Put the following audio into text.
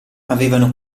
avevano